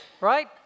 right